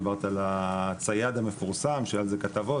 דיברת על הצייד המפורסם שהיו על זה כתבות,